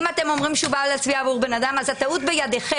אם אתם אומרים שהוא בא להצביע עבור בן-אדם אז הטעות בידיכם.